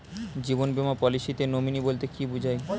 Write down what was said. জীবন বীমা পলিসিতে নমিনি বলতে কি বুঝায়?